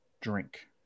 drink